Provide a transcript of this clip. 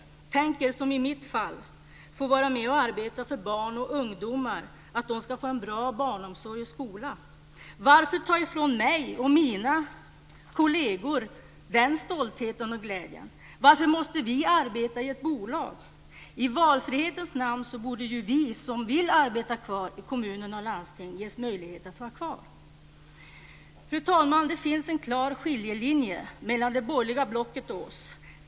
Tänk er att, som i mitt fall, få vara med och arbeta för att barn och ungdomar ska få en bra barnomsorg och skola! Varför vill ni ta ifrån mig och mina kolleger den stoltheten och glädjen? Varför måste vi arbeta i ett bolag? I valfrihetens namn borde vi som vill arbeta kvar i kommuner och landsting ges möjlighet att vara kvar. Fru talman! Det finns en klar skiljelinje mellan det borgerliga blocket och oss.